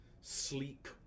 sleek